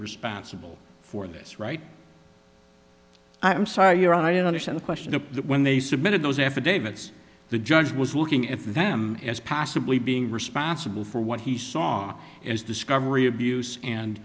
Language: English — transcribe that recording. responsible for this right i'm sorry your honor i didn't understand the question of when they submitted those affidavits the judge was looking at them as possibly being responsible for what he song is discovery abuse and